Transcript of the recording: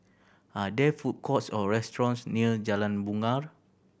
are there food courts or restaurants near Jalan Bungar